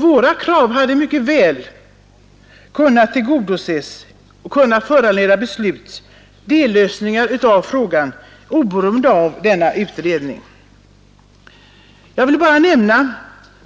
Våra krav hade mycket väl kunnat föranleda beslut om dellösningar av frågan oberoende av denna utredning. Jag vill bara nämna